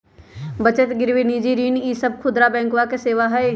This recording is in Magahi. बचत गिरवी निजी ऋण ई सब खुदरा बैंकवा के सेवा हई